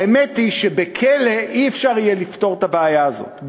האמת היא שבכלא לא יהיה אפשר לפתור את הבעיה הזאת,